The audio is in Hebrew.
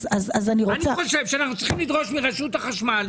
אני חושב שאנחנו צריכים לדרוש מרשות החשמל,